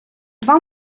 два